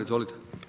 Izvolite.